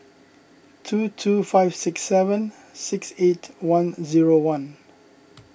two two five six seven six eight one zero one